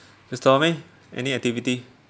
mister tommy any activity